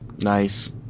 nice